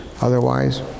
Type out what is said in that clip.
otherwise